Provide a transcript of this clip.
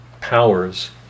powers